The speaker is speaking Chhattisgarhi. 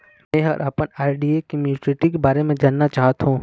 में ह अपन आर.डी के मैच्युरिटी के बारे में जानना चाहथों